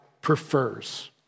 prefers